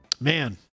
Man